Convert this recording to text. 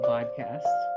Podcast